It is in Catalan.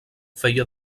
feia